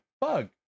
bug